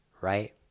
right